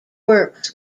works